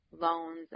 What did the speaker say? loans